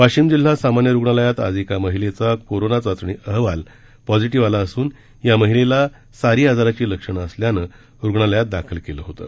वाशिम जिल्हा सामान्य रुग्णालयात आज एका महिलेचा कोरोना चाचणी अहवाल पॉझिटिव्ह आला असून या महिलेला सारी आजाराची लक्षणं असल्यानं रुग्णालयात दाखल करण्यात आलं होतं